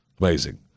Amazing